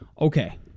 Okay